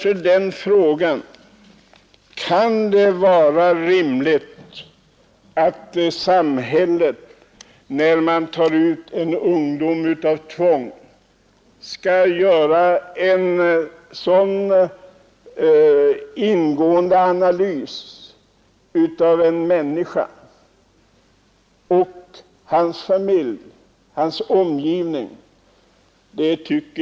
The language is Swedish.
Jag ställer mig frågan: Kan det vara rimligt att samhället, när unga människor tas ut till tvångstjänstgöring i det militära, gör en sådan ingående analys av vederbörandes person, familj och omgivning?